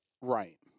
Right